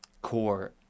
core